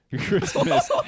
Christmas